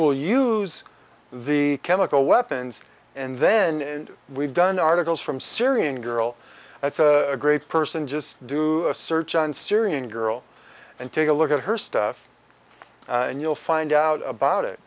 will use the chemical weapons and then we've done articles from syrian girl that's a great person just do a search on syrian girl and take a look at her stuff and you'll find out about it